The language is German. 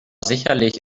sicherlich